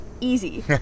easy